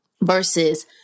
Versus